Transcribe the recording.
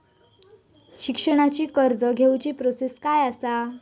शिक्षणाची कर्ज घेऊची प्रोसेस काय असा?